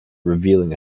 revealing